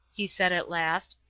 he said at last,